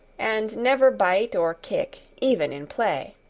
and never bite or kick even in play.